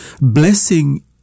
blessing